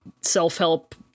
self-help